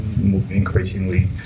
increasingly